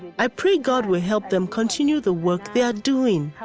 i pray god will help them continue the work they are doing.